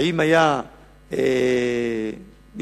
האם ההסכם כלל את כל הדרישות?